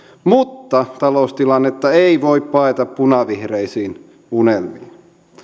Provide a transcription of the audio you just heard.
mutta taloustilannetta ei voi paeta punavihreisiin unelmiin